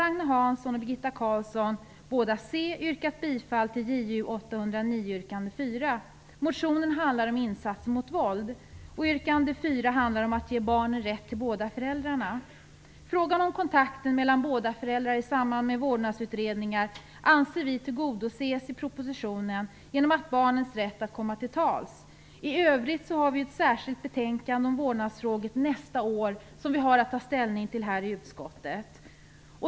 Agne Hansson och Birgitta Carlsson, båda c, har yrkat bifall till Ju809, yrkande 4. Motionen handlar om insatser mot våld. Yrkande 4 handlar om att ge barnen rätt till båda föräldrarna. Vi anser att frågan om kontakt med båda föräldrarna i samband med vårdnadsutredningar tillgodoses i propositionen genom barnets rätt att komma till tals. I övrigt kommer det ett särskilt betänkande om vårdnadsfrågor nästa år, och vi har att ta ställning till det i utskottet.